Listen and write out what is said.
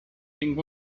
tinc